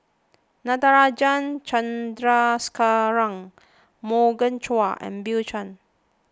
Natarajan Chandrasekaran Morgan Chua and Bill Chen